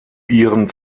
ihren